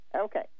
Okay